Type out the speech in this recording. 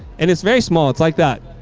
and it's very small it's like that.